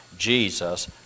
Jesus